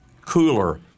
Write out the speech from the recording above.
cooler